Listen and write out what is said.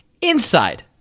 Inside